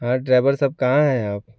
हाँ ड्राइवर साहब कहाँ हैं आप